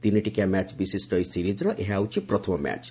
ତିନିଟିକିଆ match ବିଶିଷ୍ଟ ଏହି ସିରିଜ୍ର ଏହା ହେଉଛି ପ୍ରଥମ ମ୍ୟାଚ୍